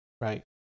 right